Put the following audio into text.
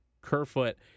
Kerfoot